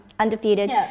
undefeated